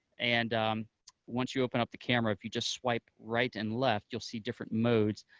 and once you open up the camera, if you just swipe right and left, you'll see different modes.